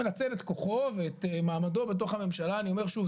הוא מנצל את כוחו ואת מעמדו בתוך הממשלה ואני אומר שוב,